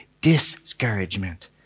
discouragement